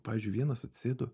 pavyzdžiui vienas atsisėdo